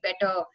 better